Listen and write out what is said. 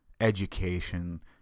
education